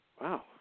Wow